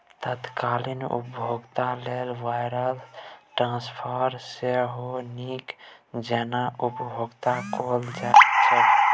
तत्काल भोगतान लेल वायर ट्रांस्फरकेँ सेहो नीक जेंका उपयोग कैल जाइत छै